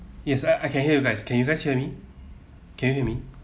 yes I I can hear you guys can you guys hear me can you hear me